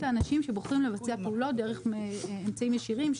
האנשים שבוחרים לבצע פעולות דרך אמצעים ישירים,